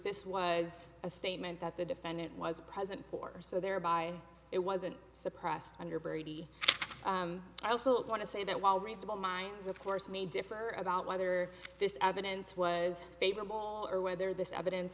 this was a statement that the defendant was present for so thereby it wasn't suppressed under brady i also want to say that while reasonable minds of course may differ about whether this evidence was favorable or whether this evidence